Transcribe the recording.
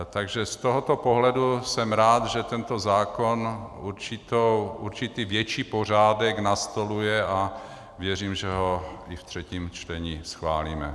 Takže z tohoto pohledu jsem rád, že tento zákon určitý větší pořádek nastoluje, a věřím, že ho i v třetím čtení schválíme.